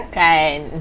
kan